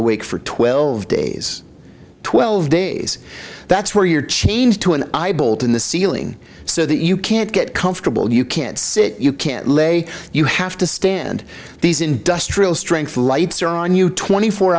awake for twelve days twelve days that's where your change to an eyeball to the ceiling so that you can't get comfortable you can't sit you can't lay you have to stand these industrial strength lights are on you twenty four